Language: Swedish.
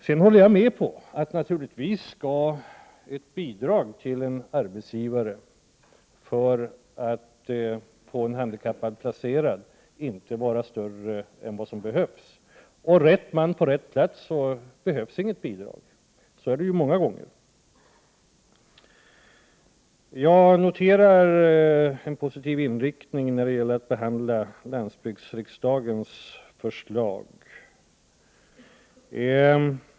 Jag håller vidare med om att ett bidrag till en arbetsgivare för att få en handikappad placerad naturligtvis inte skall vara större än vad som behövs. Det är många gånger så att man med rätt man på rätt plats inte behöver något bidrag. Jag noterar en positiv inställning till landsbygdsriksdagens förslag.